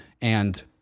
and-